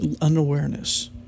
unawareness